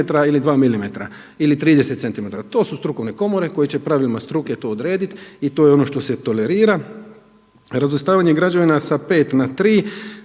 ili 2 mm ili 30 cm. To su strukovne komore koje će pravilima struke to odrediti i to je ono što se tolerira. Razvrstavanje građevina sa 5 na 3,